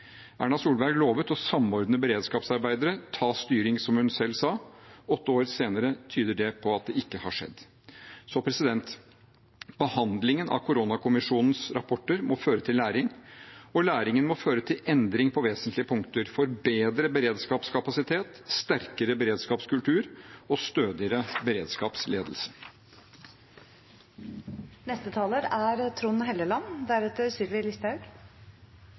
Erna Solberg lovet å samordne beredskapsarbeidet, ta styring, som hun selv sa. Åtte år senere tyder det på at det ikke har skjedd. Behandlingen av koronakommisjonens rapporter må føre til læring, og læringen må føre til endring på vesentlige punkter: forbedre beredskapskapasitet, sterkere beredskapskultur og stødigere beredskapsledelse. Jeg er